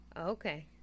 Okay